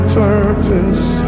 purpose